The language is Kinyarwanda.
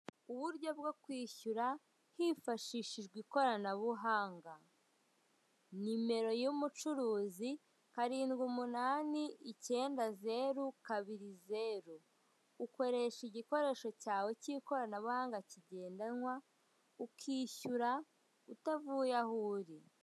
Uburyo bwo kwishyura hifashishijwe ikoranabuhanga, nimero y'umucuruzi; karindwi umunani, icyenda zeru, kabiri zeru. Ukoresha igikoresho cyawe cy'ikoranabuhanga kigendanwa, ukishyura utavuye aho uri.